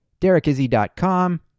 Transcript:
DerekIzzy.com